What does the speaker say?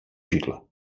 židle